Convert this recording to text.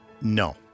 no